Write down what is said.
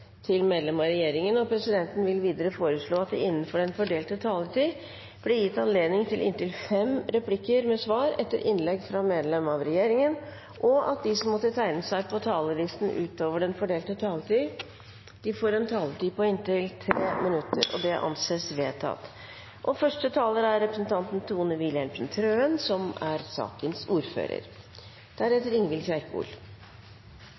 til 5 minutter til hver partigruppe og 5 minutter til medlemmer av regjeringen. Videre vil presidenten foreslå at det – innenfor den fordelte taletid – blir gitt anledning til replikkordskifte på inntil fem replikker med svar etter innlegg fra medlemmer av regjeringen, og at de som måtte tegne seg på talerlisten utover den fordelte taletid, får en taletid på inntil 3 minutter. – Det anses vedtatt. Det er